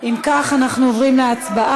אם כך, אנחנו עוברים להצבעה.